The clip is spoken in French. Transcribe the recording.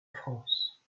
france